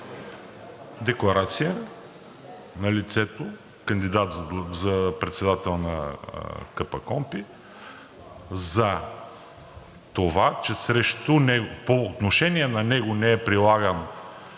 „Декларация на лицето, кандидат за председател на КПКОНПИ, за това, че по отношение на него не е прилагана